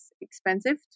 expensive